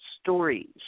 stories